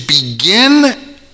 begin